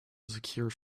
secure